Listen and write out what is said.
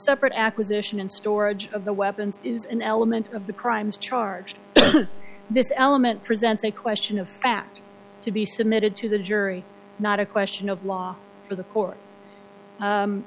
separate acquisition and storage of the weapons is an element of the crimes charge this element presents a question of fact to be submitted to the jury not a question of law for the court